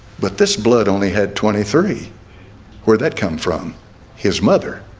but this blood only had twenty three where that come from his mother